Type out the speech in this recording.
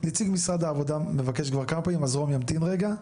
נציג משרד העבודה מבקש כמה פעמים את רשות הדיבור אז מר רום ימתין רגע.